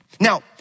Now